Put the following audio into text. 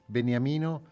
Beniamino